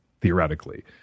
theoretically